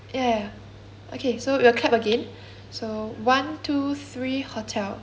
okay so we will clap again so one two three hotel